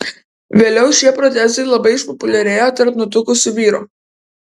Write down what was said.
vėliau šie protezai labai išpopuliarėjo tarp nutukusių vyrų